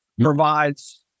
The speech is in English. provides